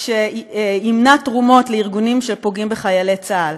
שימנע תרומות לארגונים שפוגעים בחיילי צה"ל,